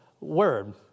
word